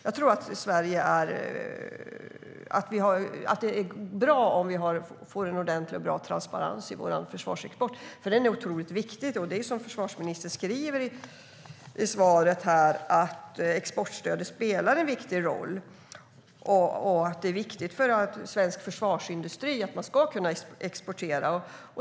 Jag tror att det är bra om vi i Sverige får en ordentlig, bra transparens i vår försvarsexport. Den är otroligt viktig. Som försvarsministern skriver i svaret spelar exportstödet en viktig roll, och det är viktigt för svensk försvarsindustri att man kan exportera.